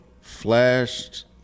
flashed